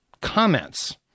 comments